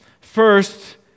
first